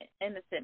innocent